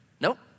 Nope